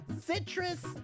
Citrus